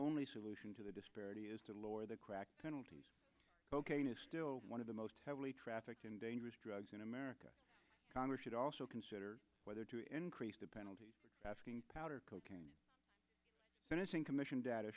only solution to the disparity is to lower the crack penalties cocaine is still one of the most heavily trafficked and dangerous drugs in america congress should also consider whether to increase the penalties asking powder cocaine sentencing commission data